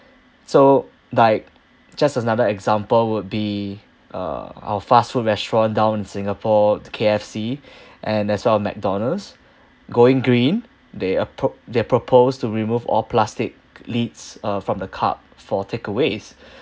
so like just as another example would be uh our fast food restaurant down in singapore K_F_C and as well McDonald's going green they appro~ they proposed to remove all plastic lids uh from the cup for takeaways